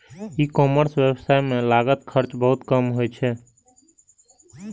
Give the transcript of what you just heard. ई commerce व्यवसाय मे लागत खर्च बहुत कम होइ छै